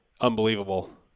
unbelievable